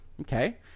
okay